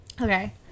okay